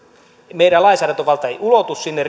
meidän lainsäädäntövaltamme rikoslain puolella ei ulotu sinne